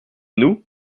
nous